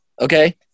okay